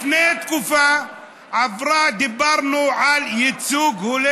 לפני תקופה דיברנו על ייצוג הולם